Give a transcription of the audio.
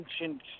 ancient